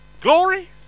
Glory